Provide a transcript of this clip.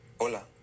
hola